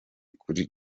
kuri